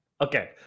Okay